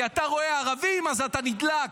כי אתה רואה ערבים אז אתה נדלק,